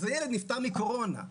אז הילד נפטר מקורונה.